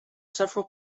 several